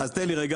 לא.